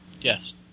Yes